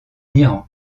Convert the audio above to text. iran